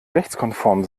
rechtskonform